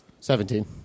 Seventeen